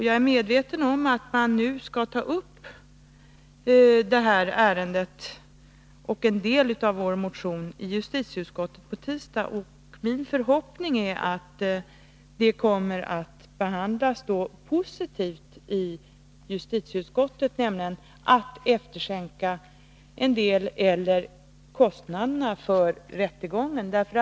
Jag är medveten om att ärendet och en del av vår motion skall tas upp i justitieutskottet på tisdag. Min förhoppning är att behandlingen kommer att bli positiv och att man efterskänker en del eller hela rättegångskostnaden.